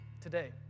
today